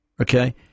Okay